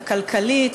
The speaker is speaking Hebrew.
הכלכלית,